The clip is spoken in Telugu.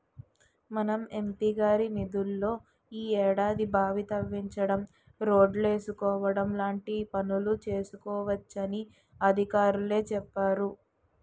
మన ఎం.పి గారి నిధుల్లో ఈ ఏడాది బావి తవ్వించడం, రోడ్లేసుకోవడం లాంటి పనులు చేసుకోవచ్చునని అధికారులే చెప్పేరు